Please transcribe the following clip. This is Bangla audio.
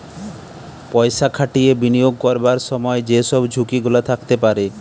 পয়সা খাটিয়ে বিনিয়োগ করবার সময় যে সব ঝুঁকি গুলা থাকতে পারে